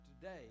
today